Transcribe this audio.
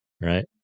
right